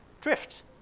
Drift